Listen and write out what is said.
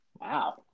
Wow